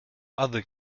other